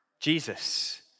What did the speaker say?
Jesus